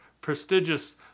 prestigious